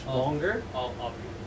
longer